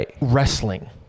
wrestling